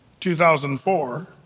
2004